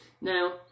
Now